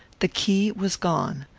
the key was gone.